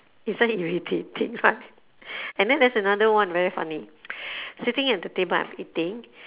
isn't it irritating right and then there's another one very funny sitting at the table I'm eating